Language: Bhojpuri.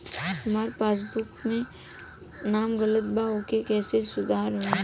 हमार पासबुक मे नाम गलत बा ओके कैसे सुधार होई?